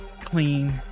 clean